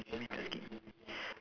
the makeup sk~